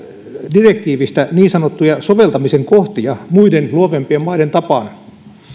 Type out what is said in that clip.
direktiivistä niin sanottuja soveltamisen kohtia muiden luovempien maiden tapaan